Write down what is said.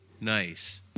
Nice